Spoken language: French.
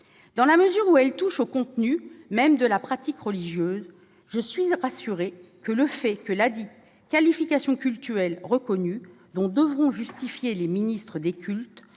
Dans la mesure où elle touche au contenu même de la pratique religieuse, je suis rassurée sur le fait que ladite « qualification cultuelle reconnue », dont devront justifier les ministres des cultes,